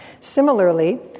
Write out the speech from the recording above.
Similarly